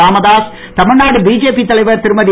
Ramadoss Tamil Nadu BJP தலைவர் திருமதி